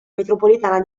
metropolitana